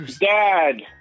Dad